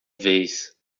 vez